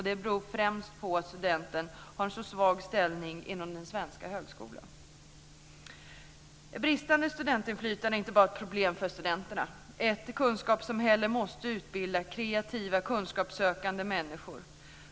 Det beror främst på att studenten har en så svag ställning inom den svenska högskolan." Ett bristande studentinflytande är inte bara ett problem för studenterna. Ett kunskapssamhälle måste utbilda kreativa, kunskapssökande människor.